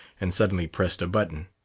and suddenly pressed a button.